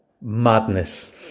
madness